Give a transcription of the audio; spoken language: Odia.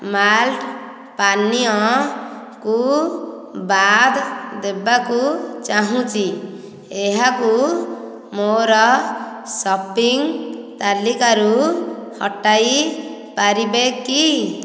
ମାଲ୍ଟ ପାନୀୟକୁ ବାଦ୍ ଦେବାକୁ ଚାହୁଁଛି ଏହାକୁ ମୋର ସପିଂ ତାଲିକାରୁ ହଟାଇ ପାରିବେ କି